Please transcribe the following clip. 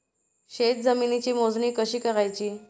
शेत जमिनीची मोजणी कशी करायची?